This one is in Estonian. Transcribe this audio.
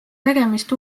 tegemist